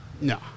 No